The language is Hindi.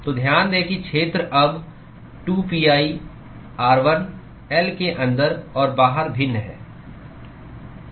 तो ध्यान दें कि क्षेत्र अब 2pi r1 L के अंदर और बाहर भिन्न है